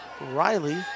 Riley